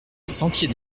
sentier